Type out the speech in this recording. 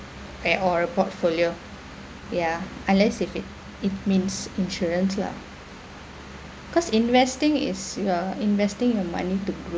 eh or a portfolio ya unless if it it means insurance lah cause investing is uh investing your money to grow